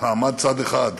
מעמד צד אחד